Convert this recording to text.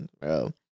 bro